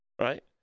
right